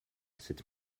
cette